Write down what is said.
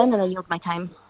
um and and yield my time.